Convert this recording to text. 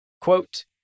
quote